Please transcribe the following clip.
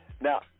Now